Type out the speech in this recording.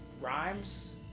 rhymes